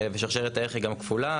ושרשרת --- היא גם כפולה.